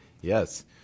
Yes